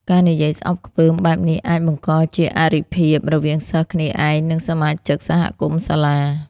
ការនិយាយស្អប់ខ្ពើមបែបនេះអាច បង្កជាអរិភាព រវាងសិស្សគ្នាឯង និងសមាជិកសហគមន៍សាលា។